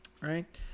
Right